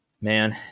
Man